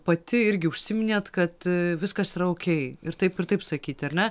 pati irgi užsiminėt kad viskas yra oukei ir taip ir taip sakyti ar ne